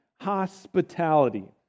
hospitality